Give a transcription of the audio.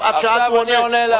את שאלת והוא עונה.